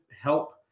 help